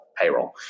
payroll